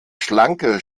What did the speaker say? schlanke